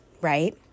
right